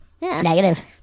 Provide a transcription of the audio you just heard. Negative